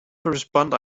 responder